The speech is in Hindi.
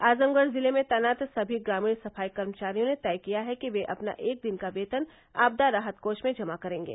आजमगढ़ जिले में तैनात सभी ग्रामीण सफाई कर्मचारियों ने तय किया है कि वे अपना एक दिन का वेतन आपदा राहत कोष में जमा करेंगे